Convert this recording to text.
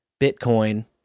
Bitcoin